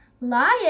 Lion